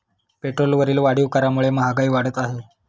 पेट्रोलवरील वाढीव करामुळे महागाई वाढत आहे